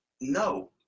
no